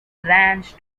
ranch